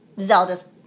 Zelda's